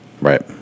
Right